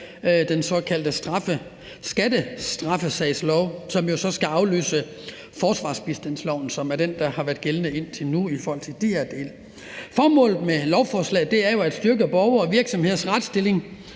den såkaldte skattestraffesagslov, som jo så skal afløse forsvarsbistandsloven, som er den, der har været gældende indtil nu i forhold til de her dele. Formålet med lovforslaget er jo at styrke borgere og virksomheders retsstilling